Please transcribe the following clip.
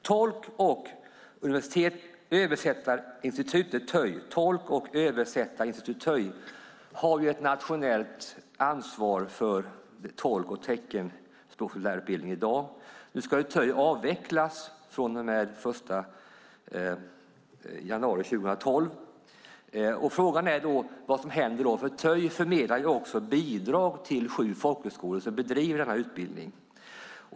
Tolk och översättarinstitutet, TÖI, har i dag ett nationellt tillsynsansvar för tolk och teckenspråkslärarutbildningen. Nu kommer ju TÖI att avvecklas den 1 januari 2012. Frågan är vad som kommer att hända. TÖI förmedlar också bidrag till sju folkhögskolor som bedriver utbildning.